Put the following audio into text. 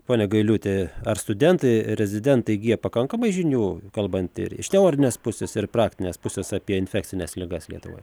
ponia gailiūte ar studentai rezidentai įgija pakankamai žinių kalbant ir iš teorinės pusės ir praktinės pusės apie infekcines ligas lietuvoj